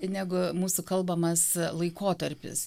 negu mūsų kalbamas laikotarpis